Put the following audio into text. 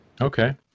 okay